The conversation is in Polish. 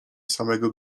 samego